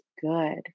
good